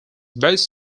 best